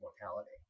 mortality